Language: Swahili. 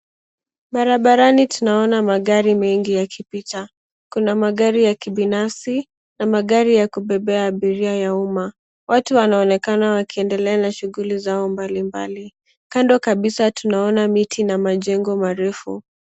Barabarani tunaona magari mengi yakipita. Kuna magari ya kibinafsi na magari ya kubebea abiria ya umma. Watu wanaonekana wakiendelea na shughuli zao mbalimbali. Kando kabisa tunaona miti na majengo marefu.